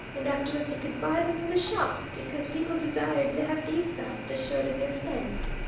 and afterwards you could buy them from the shops, because people desired to have these signs to show to their friends.